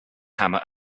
hammer